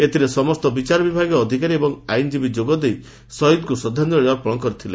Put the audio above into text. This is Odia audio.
ଏଥରେ ସମସ୍ତ ବିଚାର ବିଭାଗୀୟ ଅଧିକାରୀ ଏବଂ ଆଇନଜୀବୀ ଯୋଗଦେଇ ଶହୀଦଙ୍କୁ ଶ୍ରଦ୍ଧାଞ୍ଚଳି ଅର୍ପଶ କରିଥିଲେ